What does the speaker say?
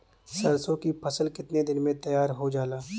सरसों की फसल कितने दिन में तैयार हो जाला?